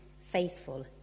faithful